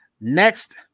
Next